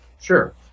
Sure